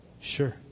Sure